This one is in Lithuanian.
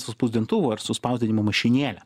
su spausdintuvu ar su spausdinimo mašinėle